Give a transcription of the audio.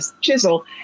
chisel